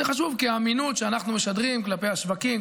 זה חשוב לאמינות שאנחנו משדרים כלפי השווקים,